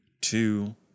two